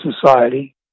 society